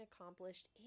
accomplished